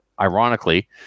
Ironically